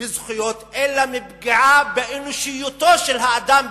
בזכויות אלא בפגיעה באנושיותו של האדם,